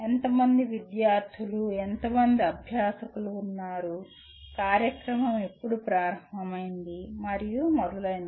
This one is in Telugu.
ఎంత మంది విద్యార్థులు ఎంత మంది అధ్యాపకులు ఉన్నారు కార్యక్రమం ఎప్పుడు ప్రారంభమైంది మరియు మొదలైనవి